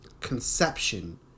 conception